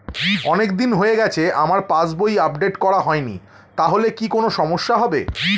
অনেকদিন হয়ে গেছে আমার পাস বই আপডেট করা হয়নি তাহলে কি কোন সমস্যা হবে?